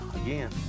again